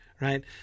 right